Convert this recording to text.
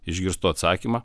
išgirstu atsakymą